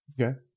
Okay